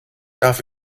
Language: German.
darf